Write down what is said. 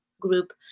group